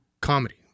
comedy